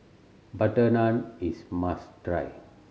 butter naan is must try